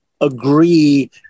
agree